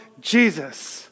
Jesus